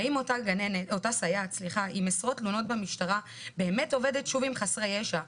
האם אותה סייעת עם עשרות תלונות במשטרה באמת עובדת שוב עם חסרי ישע,